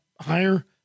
higher